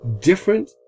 different